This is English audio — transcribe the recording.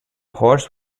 horse